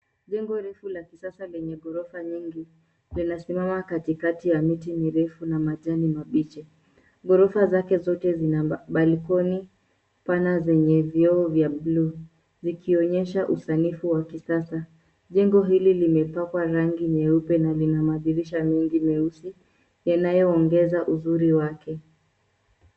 Jengo refu la kisasa lenye ghorofa nyingi linasimama katikati ya miti mirefu na majani mabichi. Ghorofa zake zote zina balkoni pana zenye vioo vya buluu zikionyesha usanifu wa kisasa. Jengo hili limepakwa rangi nyeupe na lina madirisha mingi nyeusi yanayoongeza uzuri wake.